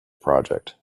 project